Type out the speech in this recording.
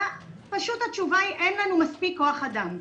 פשוט התשובה היא אין לנו מספיק כוח אדם.